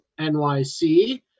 NYC